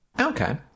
Okay